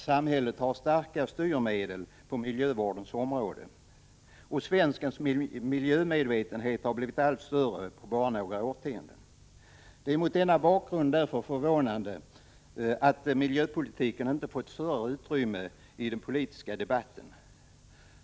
Samhället har starka styrmedel på miljövårdens område, och svenskens miljömedvetenhet har blivit allt större på bara några årtionden. Det är mot denna bakgrund förvånande att miljöpolitiken inte fått större utrymme i den politiska debatten.